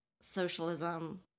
socialism